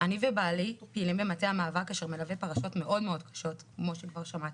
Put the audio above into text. אני ובעלי פעילים במטה המאבק אשר מלווה פרשות מאוד קשות כמו שכבר שמעתם.